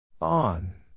On